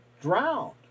drowned